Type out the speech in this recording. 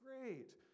great